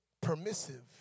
permissive